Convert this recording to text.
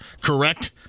correct